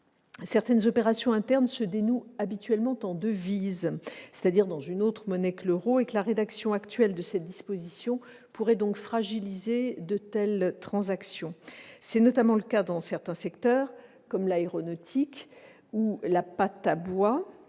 certaines opérations internes se dénouent habituellement en devises, c'est-à-dire dans une autre monnaie que l'euro. La rédaction actuelle de cette disposition pourrait donc fragiliser de telles transactions. C'est notamment le cas dans certains secteurs comme l'aéronautique ou la pâte à bois-